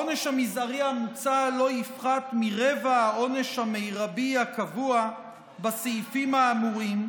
העונש המזערי המוצע לא יפחת מרבע העונש המרבי הקבוע בסעיפים האמורים,